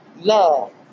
love